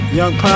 young